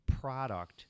product